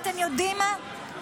אתם יודעים מה,